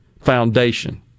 foundation